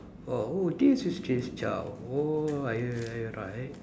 oh oh this is Jay Chou oh I I right